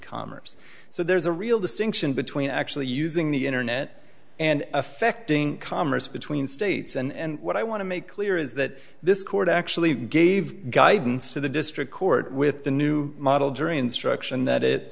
commerce so there's a real distinction between actually using the internet and affecting commerce between states and what i want to make clear is that this court actually gave guidance to the district court with the new model jury instruction that it